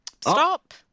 Stop